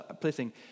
placing